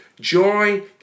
joy